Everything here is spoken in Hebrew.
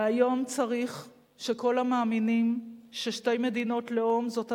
והיום צריך שכל המאמינים ששתי מדינות לאום הן